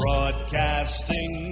Broadcasting